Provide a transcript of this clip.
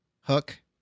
hook